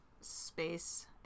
Space